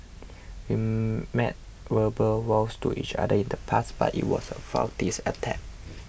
we made verbal vows to each other in the past but it was a futile attempt